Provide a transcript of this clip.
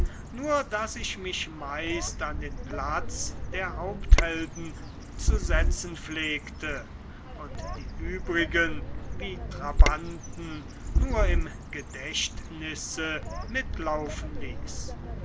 nur daß ich mich meist an den platz der haupthelden zu setzen pflegte und die übrigen wie trabanten nur im gedächtnisse mitlaufen ließ